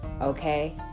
okay